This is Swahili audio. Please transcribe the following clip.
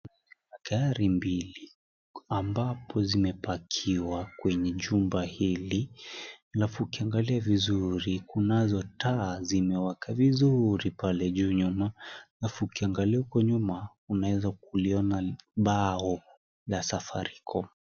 Gari mbili ambapo zimepakiwa kwenye chumba hili alafu ukiangalia vizuri kunazo taa zimewaka vizuri pale juu nyuma alafu ukiangalia uko nyuma unaeza kuliona bao la Safaricom .